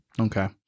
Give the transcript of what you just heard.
Okay